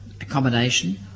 accommodation